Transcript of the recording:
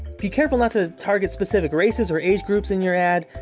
be careful not to target specific races or age groups in your ad.